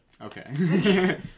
Okay